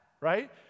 right